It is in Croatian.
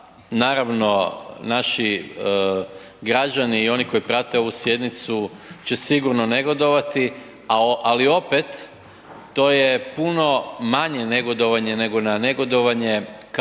naravno naši građani i oni koji prate ovu sjednicu će sigurno negodovati, ali opet to je puno manje negodovanje nego na negodovanje kako to